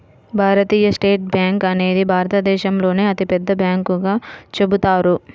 భారతీయ state bank అనేది భారతదేశంలోనే అతిపెద్ద బ్యాంకుగా చెబుతారు